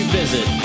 visit